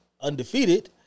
undefeated